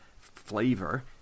flavor